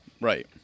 right